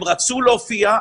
הם רצו להופיע,